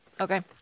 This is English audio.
Okay